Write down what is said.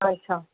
अच्छा